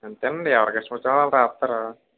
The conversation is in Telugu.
అంతేనండి ఎవరికిష్టమొచ్చినట్లు వాళ్ళు రాస్తారు